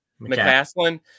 McCaslin